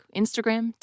Instagram